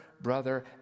brother